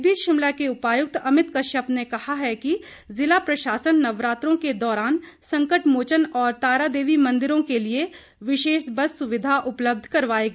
इस बीच शिमला के उपायुक्त अमित कश्यप ने कहा है कि जिला प्रशासन नवरात्रों के दौरान संकट मोचन और तारादेवी मंदिरों के लिए विशेष बस सुविधा उपलब्ध करवाएगा